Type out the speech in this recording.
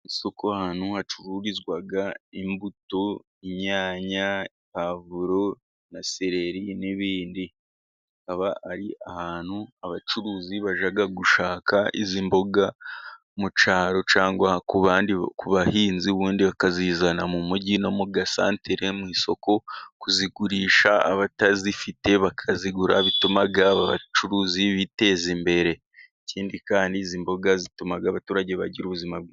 Isoko, ahantu hacururizwa imbuto. Inyanya, pwavuro na seleri n'ibindi. Haba ari ahantu abacuruzi bajya gushaka izi mboga mu cyaro, cyangwa ku bahinzi. Ubundi bakazizana mu mujyi no mu gasantere, mu isoko kuzigurisha. Abatazifite bakazigura. Bituma abacuruzi biteza imbere. Ikindi kandi izi mboga zituma abaturage bagira ubuzima bwiza.